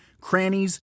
crannies